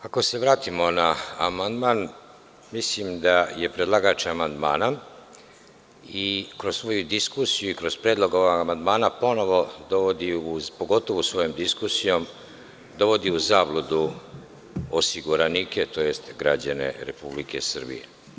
Ako se vratimo na amandman, mislim da predlagač amandmana i kroz svoju diskusiju i kroz predlog ovog amandmana, ponovo dovodi, pogotovo svojom diskusijom, dovodi u zabludu osiguranike, tj. građane Republike Srbije.